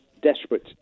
desperate